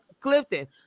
Clifton